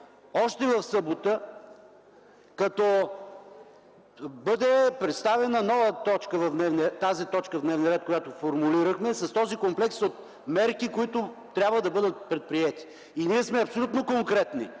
още в събота, като бъде представена нова точка в дневния ред, която формулирахме, с този комплекс от мерки, които трябва да бъдат предприети. И ние сме абсолютно конкретни.